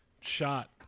shot